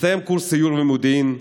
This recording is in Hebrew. מצטיין קורס סיור ומודיעין,